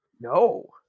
No